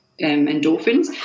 endorphins